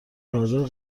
حاضر